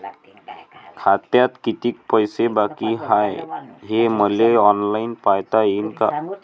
खात्यात कितीक पैसे बाकी हाय हे मले ऑनलाईन पायता येईन का?